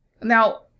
Now